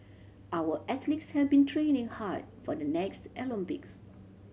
our athletes have been training hard for the next Olympics